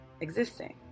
existing